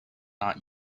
not